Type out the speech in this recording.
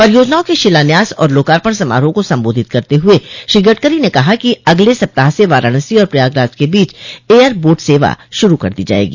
परियोजनाओं के शिलान्यास और लोकार्पण समारोह को संबोधित करते हुए श्री गडकरी ने कहा कि अगले सप्ताह से वाराणसी और प्रयागराज के बीच एयर बोट सेवा शुरू कर दी जायेगी